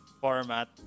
format